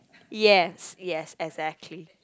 yes yes exactly